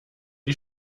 die